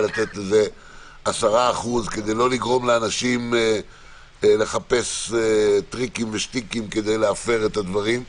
לתת 10% כדי לא לגרום לאנשים לחפש טריקים ושטיקים להפר את הדברים,